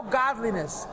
godliness